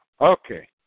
Okay